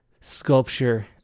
sculpture